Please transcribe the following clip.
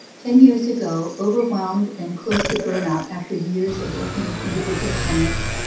ten years ago, overwhelmed and close to burnout after years of working with individual clients,